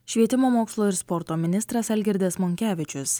švietimo mokslo ir sporto ministras algirdas monkevičius